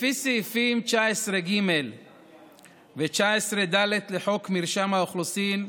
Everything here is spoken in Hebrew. לפי סעיפים 19ג ו-19ד לחוק מרשם האוכלוסין,